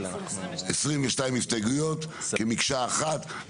22 הסתייגויות כמקשה אחת.